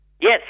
Yes